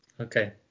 Okay